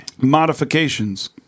Modifications